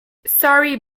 sorry